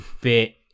bit